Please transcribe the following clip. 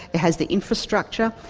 it has the infrastructure,